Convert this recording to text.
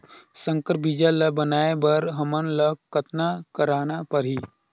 संकर बीजा ल बनाय बर हमन ल कतना करना परही?